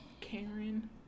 Karen